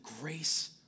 grace